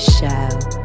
Show